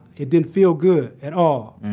it didn't feel good at all.